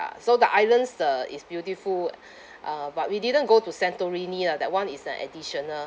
~a so the islands uh is beautiful uh but we didn't go to santorini lah that [one] is an additional